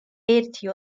ერთი